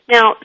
Now